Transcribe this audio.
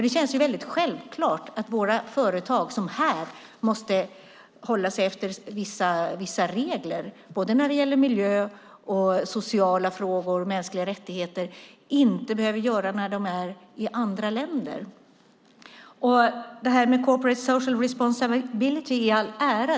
Det känns självklart att våra företag som här måste hålla sig till vissa regler när det gäller miljö, sociala frågor och mänskliga rättigheter måste göra det även när de är i andra länder. Corporate social responsibility i all ära.